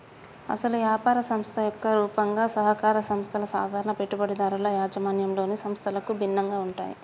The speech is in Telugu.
అసలు యాపార సంస్థ యొక్క రూపంగా సహకార సంస్థల సాధారణ పెట్టుబడిదారుల యాజమాన్యంలోని సంస్థలకు భిన్నంగా ఉంటాయి